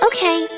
Okay